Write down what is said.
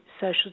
social